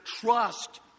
trust